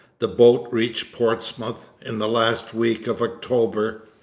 the boat reached portsmouth in the last week of october.